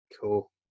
cool